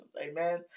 Amen